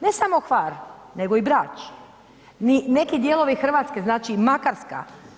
Ne samo Hvar nego i Brač, ni neki dijelovi Hrvatske, znači Makarska.